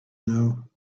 know